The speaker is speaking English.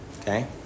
Okay